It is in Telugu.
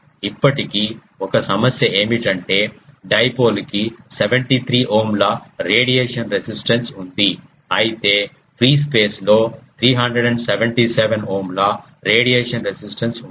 ఇప్పటికీ ఒక సమస్య ఏమిటంటే డైపోల్ కి 73 ఓంల రేడియేషన్ రెసిస్టెన్స్ ఉంది అయితే ఫ్రీ స్పేస్ లో 377 ఓంల రేడియేషన్ రెసిస్టెన్స్ ఉంది